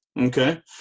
Okay